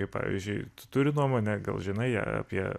kaip pavyzdžiui tu turi nuomonę gal žinai apie